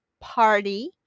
party